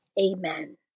Amen